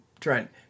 Trent